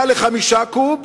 בין 3 ל-5 קוב,